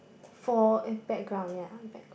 fore~ eh background ya back